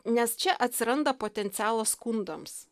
nes čia atsiranda potencialas skundams